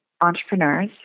entrepreneurs